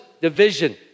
division